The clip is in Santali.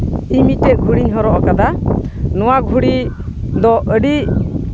ᱤᱧ ᱢᱤᱫᱴᱮᱡ ᱜᱷᱚᱲᱤᱧ ᱦᱚᱨᱚᱜ ᱠᱟᱫᱟ ᱱᱚᱣᱟ ᱜᱷᱚᱲᱤ ᱫᱚ ᱟᱹᱰᱤ